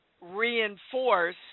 reinforce